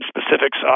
specifics